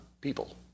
people